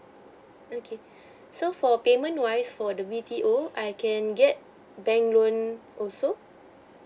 okay so for payment wise for the B_T_O I can get bank loan also